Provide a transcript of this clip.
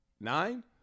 nine